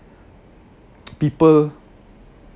people